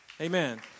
Amen